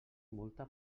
multa